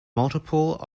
multiple